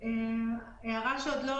מה הן הנסיבות אישיות של המפר.